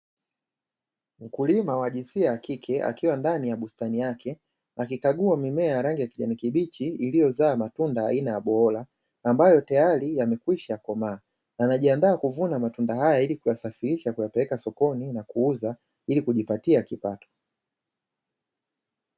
Mkulima wa jinsia ya kike akiwa ndani ya bustani yake akikagua mimea ya rangi ya kijani kibichi iliyozaa matunda aina ya bohola, ambayo tayari yamekwishavunwa komaa, anajiandaa kuvuna matunda haya ili kuyasafirisha kuyapeleka sokoni na kuuza ili kujipatia kipato.